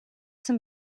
some